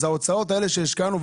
אז ההוצאות האלה שהשקענו,